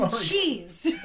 cheese